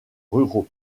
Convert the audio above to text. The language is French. ruraux